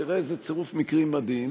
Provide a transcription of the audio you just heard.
תראה איזה צירוף מקרים מדהים: